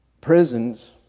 prisons